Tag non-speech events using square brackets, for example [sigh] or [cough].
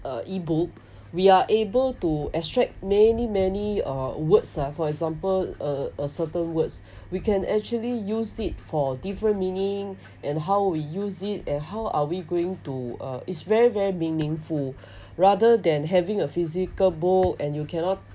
uh e-book we are able to extract many many uh words ah for example a a certain words we can actually use it for different meaning and how we use it and how are we going to uh it's very very meaningful [breath] rather than having a physical book and you cannot